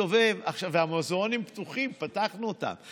והמוזיאונים פתוחים, פתחנו אותם.